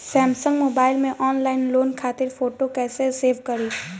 Samsung mobile में online loan खातिर photo कैसे सेभ करीं?